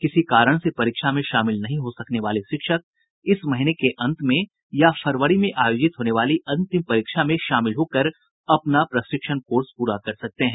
किसी कारण से परीक्षा में शामिल नहीं हो सकने वाले शिक्षक इस महीने के अंत में या फरवरी में आयोजित होने वाली अंतिम परीक्षा में शामिल होकर अपना प्रशिक्षण कोर्स प्ररा कर सकते हैं